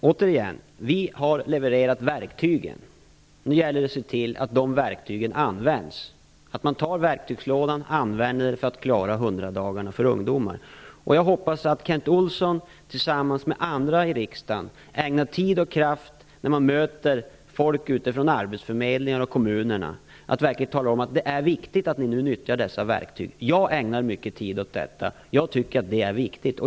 Herr talman! Jag vill återigen säga att vi har levererat verktygen. Nu gäller det att se till att man använder verktygslådan för att klara hundradagarsregeln för ungdomar. Jag hoppas att Kent Olsson tillsammans med andra i riksdagen ägnar tid och kraft åt att tala om att det är viktigt att nyttja dessa verktyg när de möter folk från arbetsförmedlingar och kommuner. Jag ägnar mycket tid åt detta. Jag tycker att det är viktigt.